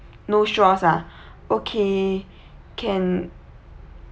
no straws ah okay can